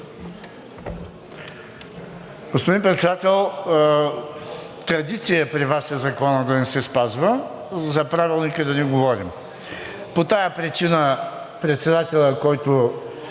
Господин Председател, традиция е при Вас законът да не се спазва, за Правилника да не говорим. По тази причина председателят, който